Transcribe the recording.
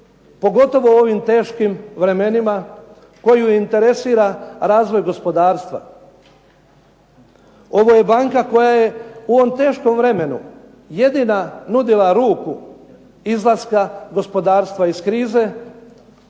pogotovo u ovim teškim vremenima koju interesira razvoj gospodarstva. Ovo je banka koja je u ovom teškom vremenu jedina nudila ruku izlaska gospodarstva iz krize